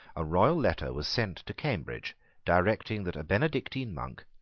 a royal letter was sent to cambridge directing that a benedictine monk,